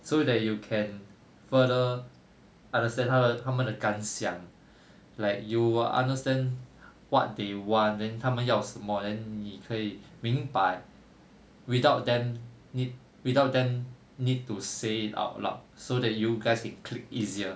so that you can further understand 他的他们的感想 like you will understand what they want then 他们要什么 then 你可以明白 without them need without them need to say it out loud so that you guys they click easier